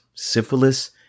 Syphilis